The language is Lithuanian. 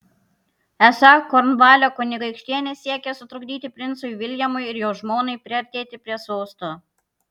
esą kornvalio kunigaikštienė siekia sutrukdyti princui viljamui ir jo žmonai priartėti prie sosto